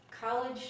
college